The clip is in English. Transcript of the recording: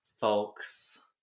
folks